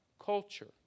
culture